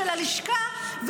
של הלשכה,